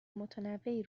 متنوعی